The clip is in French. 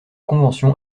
convention